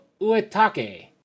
uetake